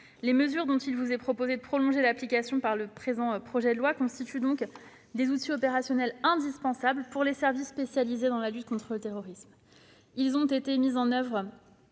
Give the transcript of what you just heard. Les mesures dont il vous est proposé de prolonger l'application par le présent projet de loi constituent donc des outils opérationnels indispensables pour les services spécialisés dans la lutte contre le terrorisme. Il est important de